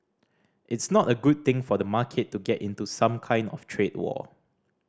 it's not a good thing for the market to get into some kind of trade war